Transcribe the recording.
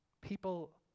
People